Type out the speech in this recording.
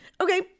okay